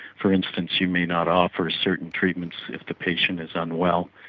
for instance, you may not offer certain treatments if the patient is unwell,